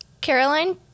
Caroline